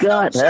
God